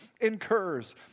incurs